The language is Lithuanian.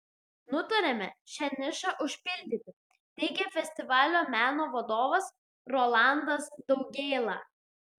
nutarėme šią nišą užpildyti teigė festivalio meno vadovas rolandas daugėla